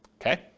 Okay